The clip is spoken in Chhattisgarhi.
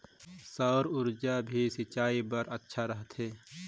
सौर ऊर्जा भी सिंचाई बर अच्छा रहथे?